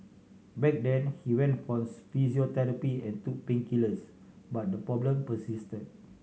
back then he went for physiotherapy and took painkillers but the problem persisted